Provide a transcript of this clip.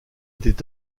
avait